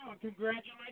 Congratulations